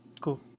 cool